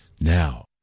now